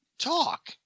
talk